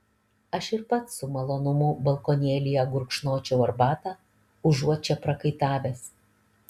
aš ir pats su malonumu balkonėlyje gurkšnočiau arbatą užuot čia prakaitavęs